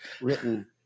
written